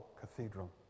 Cathedral